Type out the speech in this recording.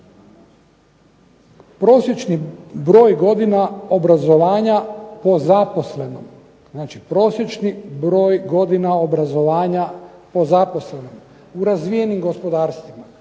prosječni broj godina obrazovanja po zaposlenom u razvijenim gospodarstvima